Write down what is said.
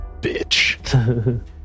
bitch